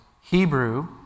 Hebrew